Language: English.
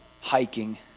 Hiking